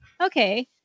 Okay